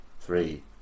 three